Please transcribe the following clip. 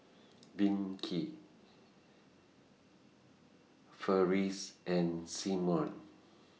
Vicky Ferris and Simeon